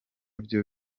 byo